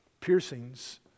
piercings